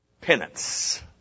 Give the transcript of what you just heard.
Penance